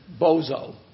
bozo